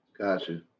Gotcha